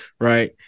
Right